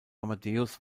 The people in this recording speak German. amadeus